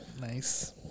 Nice